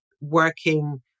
working